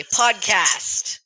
podcast